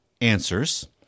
answers